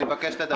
אני מבקש לדבר.